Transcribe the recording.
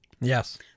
Yes